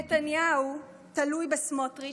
נתניהו תלוי בסמוטריץ'